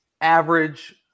average